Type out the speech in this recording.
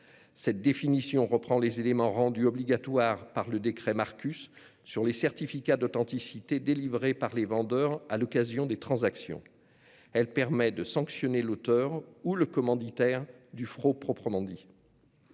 Cette définition reprend les éléments rendus obligatoires par le décret Marcus sur les certificats d'authenticité délivrés par les vendeurs à l'occasion des transactions. Elle permet de sanctionner l'auteur ou le commanditaire du faux proprement dit.